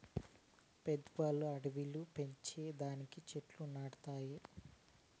పెబుత్వాలు అడివిలు పెంచే దానికి చెట్లు నాటతండాయి